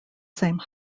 same